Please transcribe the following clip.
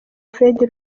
fred